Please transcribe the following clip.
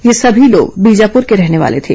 ये सभी लोग बीजापुर के रहने वाले थे